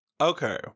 Okay